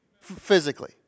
physically